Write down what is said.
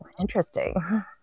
interesting